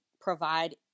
provide